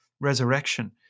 resurrection